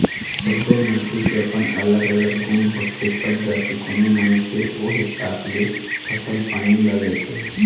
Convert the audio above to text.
सब्बो माटी के अपन अलग अलग गुन होथे तब जाके कोनो मनखे ओ हिसाब ले फसल पानी ल लेथे